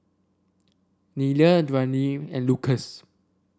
Nelia Dwaine and Lucas